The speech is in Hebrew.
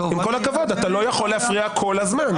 עם כל הכבוד, אתה לא יכול להפריע כל הזמן.